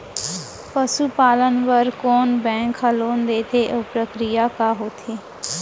पसु पालन बर कोन बैंक ह लोन देथे अऊ प्रक्रिया का होथे?